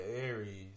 Aries